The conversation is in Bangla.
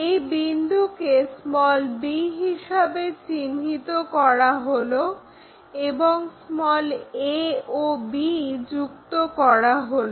এই বিন্দুকে b হিসেবে চিহ্নিত করা হলো এবং a ও b যুক্ত করা হলো